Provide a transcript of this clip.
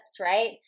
right